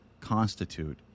constitute